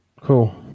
Cool